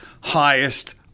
highest